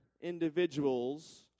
individuals